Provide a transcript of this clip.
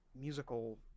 musical